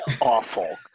awful